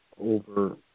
over